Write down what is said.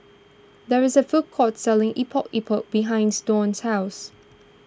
there is a food court selling Epok Epok behinds Dawn's house